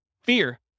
Fear